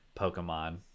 Pokemon